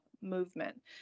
movement